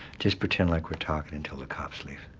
just pretend like we're talking until the cops leave.